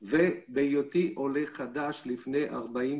ששמעתי וקראתי שמופיע ליד כל אחד שפנה ברשימת